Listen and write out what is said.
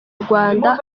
rwanda